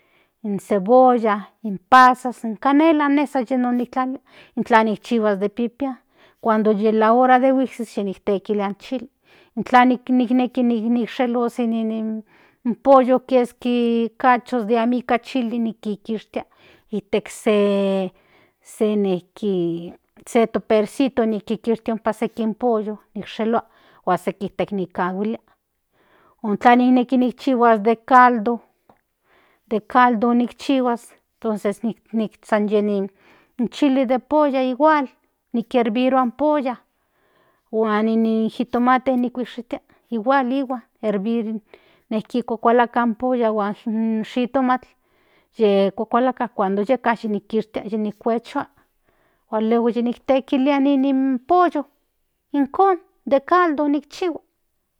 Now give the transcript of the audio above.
In cebolla in pazas in canela inne san yi non titlalilia intla nikchihuas de pipian cuando ye lahora de huiksik ye niktekilia in chili intla neki sheshelos nin in pollo keski cachos de amo nika chili kikishtia itek se nijki topersito nikikistia nipan seki in pollo sheshelua huan seki tekilia o intla niknekis tikchihua de caldo san yi nin chili de pulla igual nikierbirua in polla huan in jitomate nikuishtia igual nihuan kerbirua kuakalakatl in polla huan shitomatl ye kuakalakatl cuando yeka yinikishtia kuechua huan luego yinektekilia in pollo ijkon den caldo ikchihua.